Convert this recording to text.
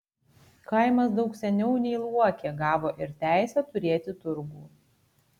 kaimas daug seniau nei luokė gavo ir teisę turėti turgų